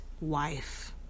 wife